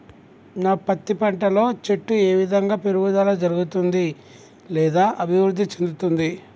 నా పత్తి పంట లో చెట్టు ఏ విధంగా పెరుగుదల జరుగుతుంది లేదా అభివృద్ధి చెందుతుంది?